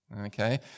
Okay